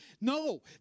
No